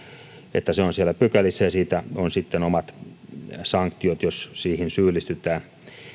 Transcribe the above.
että se on siellä pykälissä ja siitä on sitten omat sanktiot jos siihen syyllistytään